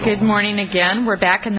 good morning again we're back in